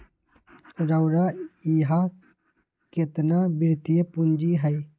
रउरा इहा केतना वित्तीय पूजी हए